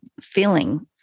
feeling